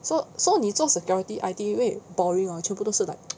so so 你做 security I_T 会 boring hor 全部都是 like